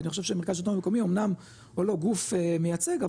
אני חושב שמרכז השלטון המקומי אמנם הוא לא גוף מייצג,